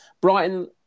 Brighton